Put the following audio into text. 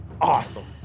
awesome